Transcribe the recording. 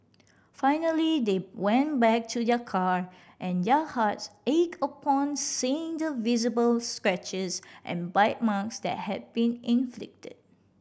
finally they went back to their car and their hearts ached upon seeing the visible scratches and bite marks that had been inflicted